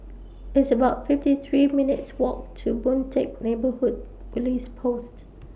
It's about fifty three minutes' Walk to Boon Teck Neighbourhood Police Posts